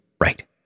Right